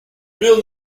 real